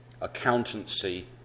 accountancy